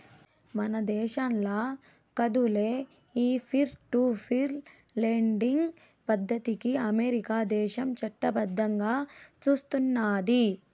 మన దేశంల కాదులే, ఈ పీర్ టు పీర్ లెండింగ్ పద్దతికి అమెరికా దేశం చట్టబద్దంగా సూస్తున్నాది